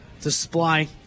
display